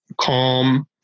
calm